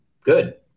good